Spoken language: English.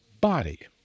body